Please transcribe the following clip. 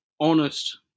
honest